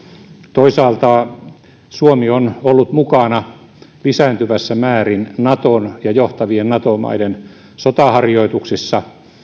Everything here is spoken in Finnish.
toisaalta suomi on ollut mukana lisääntyvässä määrin naton ja johtavien nato maiden sotaharjoituksissa